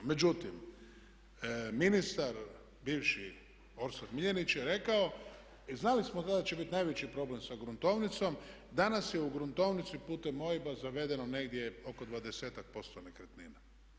Međutim, ministar bivši Orsat Miljenić je rekao, i znali smo tad da će biti najveći problem sa gruntovnicom, danas je u gruntovnici putem OIB-a zavedeno negdje oko 20-ak posto nekretnina.